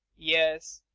yes.